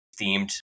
themed